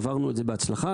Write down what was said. עברנו את זה בהצלחה.